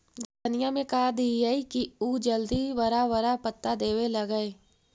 धनिया में का दियै कि उ जल्दी बड़ा बड़ा पता देवे लगै?